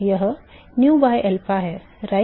यह nu by alpha है right